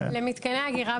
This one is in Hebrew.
מתקני אגירה,